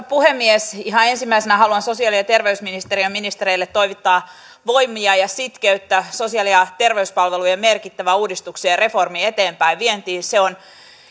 puhemies ihan ensimmäisenä haluan sosiaali ja terveysministeriön ministereille toivottaa voimia ja sitkeyttä sosiaali ja terveyspalvelujen merkittävän uudistuksen ja reformin eteenpäinvientiin se on